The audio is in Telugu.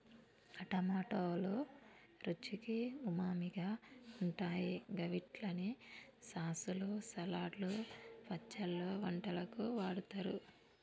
టమాటోలు రుచికి ఉమామిగా ఉంటాయి గవిట్లని సాసులు, సలాడ్లు, పచ్చళ్లు, వంటలకు వాడుతరు